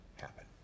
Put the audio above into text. happen